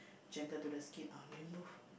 gentle to the skin ah remove